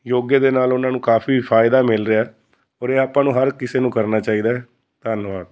ਯੋਗੇ ਦੇ ਨਾਲ ਉਹਨਾਂ ਨੂੰ ਕਾਫ਼ੀ ਫ਼ਾਇਦਾ ਮਿਲ ਰਿਹਾ ਔਰ ਇਹ ਆਪਾਂ ਨੂੰ ਹਰ ਕਿਸੇ ਨੂੰ ਕਰਨਾ ਚਾਹੀਦਾ ਹੈ ਧੰਨਵਾਦ